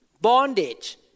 Bondage